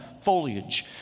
foliage